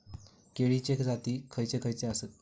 केळीचे जाती खयचे खयचे आसत?